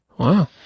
Wow